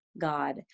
God